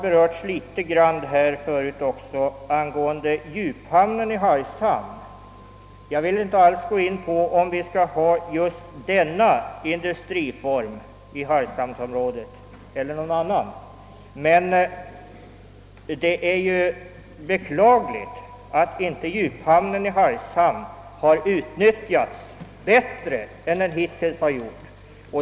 Jag skall inte gå in på frågan, huruvida vi i Hargshamn skall ha just denna industri eller någon annan, men det är beklagligt att inte djuphamnen i Hargshamn har utnyttjats bättre än hittills.